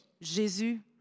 Jésus